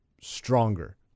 stronger